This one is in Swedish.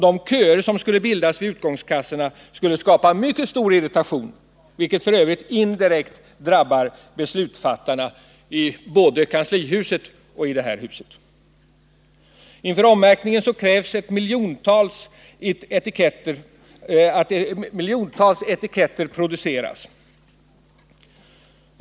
De köer som skulle bildas vid utgångskassorna skulle skapa mycket stor irritation, vilket f. ö. indirekt drabbar beslutsfattarna i både kanslihuset och det här huset. Inför omräkningen krävs att miljontals etiketter produceras.